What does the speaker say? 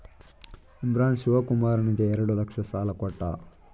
ಇಮ್ರಾನ್ ಶಿವಕುಮಾರನಿಗೆ ಎರಡು ಲಕ್ಷ ಸಾಲ ಕೊಟ್ಟ